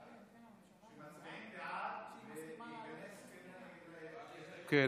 מצביעים בעד, וזה ייכנס, כן.